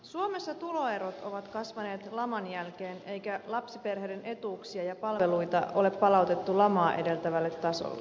suomessa tuloerot ovat kasvaneet laman jälkeen eikä lapsiperheiden etuuksia ja palveluita ole palautettu lamaa edeltävälle tasolle